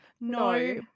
No